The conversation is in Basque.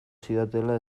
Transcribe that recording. zidatela